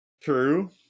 True